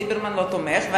ליברמן לא תומך.